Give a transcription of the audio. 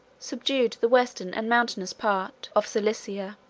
subdued the western and mountainous part of cilicia,